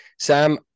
Sam